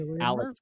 Alex